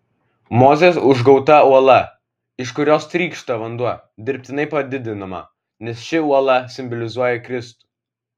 mozės užgauta uola iš kurios trykšta vanduo dirbtinai padidinama nes ši uola simbolizuoja kristų